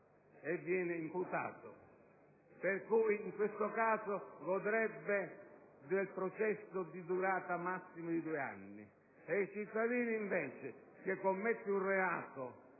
e viene imputato, per cui in questo caso godrebbe del processo di durata massima di due anni e il cittadino che, invece, commette un reato